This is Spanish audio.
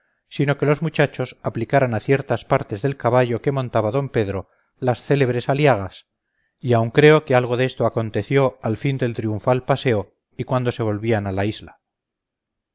sino que los muchachos aplicaran a ciertas partes del caballo que montaba don pedro las célebres aliagas y aun creo que algo de esto aconteció al fin del triunfal paseo y cuando se volvían a la isla